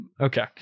Okay